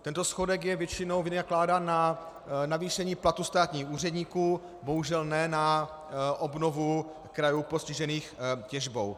Tento schodek je většinou vynakládán na navýšení platů státních úředníků, bohužel ne na obnovu krajů postižených těžbou.